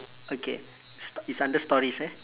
okay it's it's under stories eh